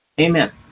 Amen